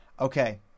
Okay